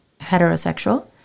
heterosexual